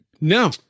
no